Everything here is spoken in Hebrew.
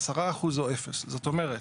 10% או 0. זאת אומרת,